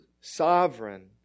sovereign